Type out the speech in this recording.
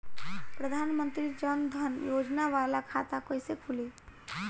प्रधान मंत्री जन धन योजना वाला खाता कईसे खुली?